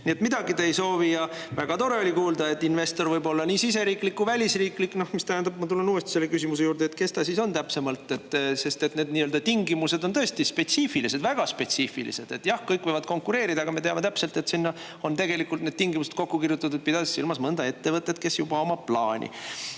Nii et midagi te ei soovi. Ja väga tore oli kuulda, et investor võib olla nii riigisisene kui ka ‑väline, mis tähendab, et ma tulen uuesti selle küsimuse juurde: kes ta siis on täpsemalt, sest need nii-öelda tingimused on tõesti spetsiifilised, väga spetsiifilised. Jah, kõik võivad konkureerida, aga me teame täpselt, et sinna on tegelikult need tingimused juba kokku kirjutatud, pidades silmas mõnda ettevõtet, kellel juba on plaan.